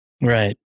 Right